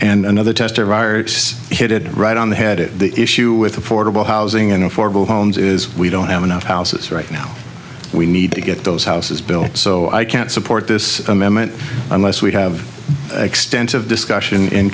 and another test hit it right on the head of the issue with affordable housing and affordable homes is we don't have enough houses right now we need to get those houses built so i can't support this amendment unless we have extensive discussion in